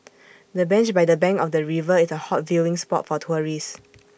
the bench by the bank of the river is A hot viewing spot for tourists